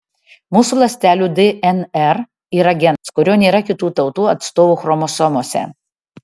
mūsų ląstelių dnr yra genas kurio nėra kitų tautų atstovų chromosomose